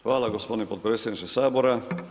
Hvala gospodine potpredsjedniče Sabora.